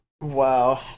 Wow